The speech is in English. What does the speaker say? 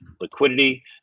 liquidity